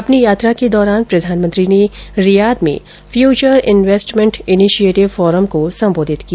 अपनी यात्रा के दौरान प्रधानमंत्री ने रियाद में फ्यूचर इंवेस्टमेंट इनिशिएटिव फोरम को संबोधित किया